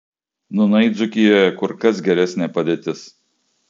nūnai dzūkijoje kur kas geresnė padėtis